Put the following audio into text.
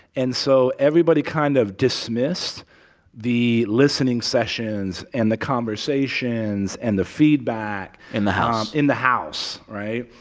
and so everybody kind of dismissed the listening sessions and the conversations and the feedback. in the house. in the house, right?